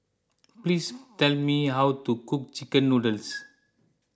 please tell me how to cook Chicken Noodles